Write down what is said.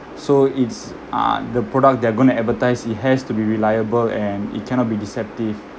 so it's uh the product they're going to advertise it has to be reliable and it cannot be deceptive